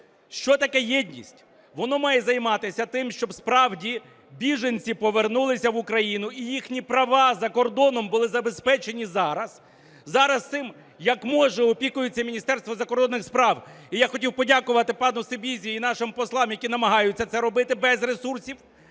що таке єдність? Воно має займатися тим, щоб справді біженці повернулися в Україну і їхні права за кордоном були забезпечені зараз. Зараз цим, як може, опікується Міністерство закордонних справ, і я хотів подякувати пану Сибізі і нашим послам, які намагаються це робити без ресурсів.